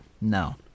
No